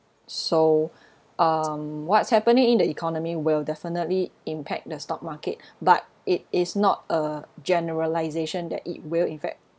so um what's happening in the economy will definitely impact the stock market but it is not a generalisation that it will effect